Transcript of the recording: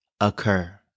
occur